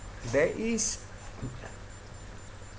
there is